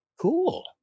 Cool